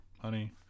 Honey